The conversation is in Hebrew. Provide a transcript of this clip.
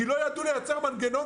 כי לא ידעו לייצר מנגנון?